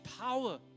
power